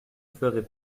ferait